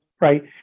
right